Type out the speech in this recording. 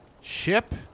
ship